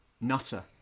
Nutter